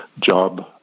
job